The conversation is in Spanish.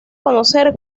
conocer